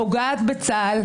פוגעת בצה"ל,